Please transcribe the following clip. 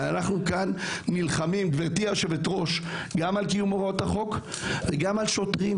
אנחנו כאן נלחמים גם על קיום הוראות החוק וגם על שוטרים